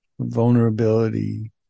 vulnerability